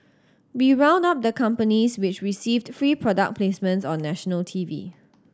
we round up the companies which received free product placements on national T V